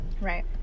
Right